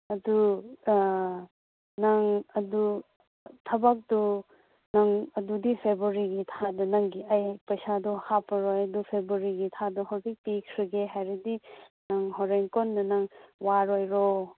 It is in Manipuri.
ꯑꯗꯨ ꯅꯪ ꯑꯗꯨ ꯊꯕꯛꯇꯨ ꯅꯪ ꯑꯗꯨꯗꯤ ꯐꯦꯕ꯭ꯔꯨꯋꯥꯔꯤꯒꯤ ꯊꯥꯗ ꯅꯪꯒꯤ ꯑꯩ ꯄꯩꯁꯥꯗꯣ ꯍꯥꯞꯄꯔꯣꯏ ꯑꯗꯨ ꯐꯦꯕ꯭ꯔꯨꯋꯥꯔꯤ ꯊꯥꯗꯨ ꯍꯧꯖꯤꯛ ꯄꯤꯈ꯭ꯔꯒꯦ ꯍꯥꯏꯔꯗꯤ ꯅꯪ ꯍꯧꯔꯦꯟ ꯀꯣꯟꯅ ꯅꯪ ꯋꯥꯔꯣꯏꯗ꯭ꯔꯣ